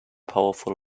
powerful